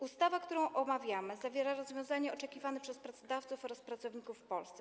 Ustawa, którą omawiamy, zawiera rozwiązania oczekiwane przez pracodawców oraz pracowników w Polsce.